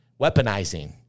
weaponizing